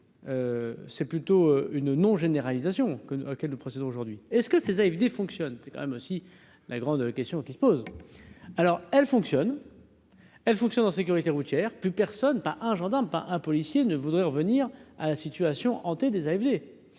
c'est plutôt une non-généralisation que auquel le procédons aujourd'hui est-ce que ces AFD fonctionne, c'est quand même aussi la grande question qui se pose alors : elle fonctionne. Elle fonctionne en sécurité routière plus personne, pas un gendarme pas un policier ne voudrait revenir à la situation hantée des